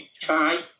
try